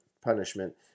punishment